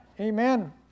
Amen